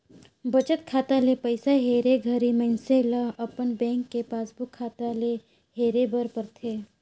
बचत खाता ले पइसा हेरे घरी मइनसे ल अपन बेंक के पासबुक खाता ले हेरे बर परथे